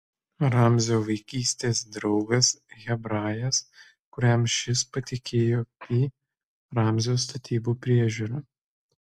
ramzio vaikystės draugas hebrajas kuriam šis patikėjo pi ramzio statybų priežiūrą